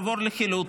ולעבור לחילוט.